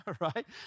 right